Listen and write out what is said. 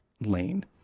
Lane